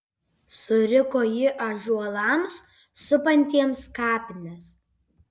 suriko ji ąžuolams supantiems kapines